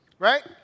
right